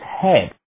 head